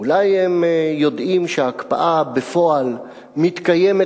אולי הם יודעים שההקפאה בפועל מתקיימת